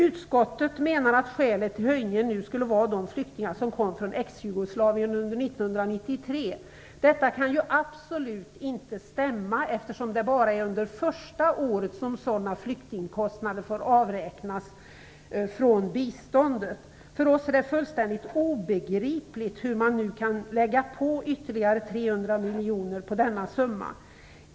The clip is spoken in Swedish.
Utskottet menar att skälet till höjningen nu skulle vara de flyktingar som kom från Ex-Jugoslavien under 1993. Detta kan absolut inte stämma, eftersom det bara är under det första året som sådana flyktingkostnader får avräknas från biståndet. För oss är det fullständigt obegripligt att man nu kan lägga ytterligare 300 miljoner till denna summa.